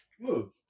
look